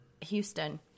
Houston